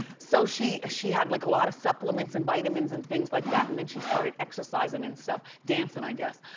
so she she had like a lot of supplements and vitamins and things like that and then she started exercising and stuff, dancing i guess.